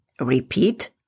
Repeat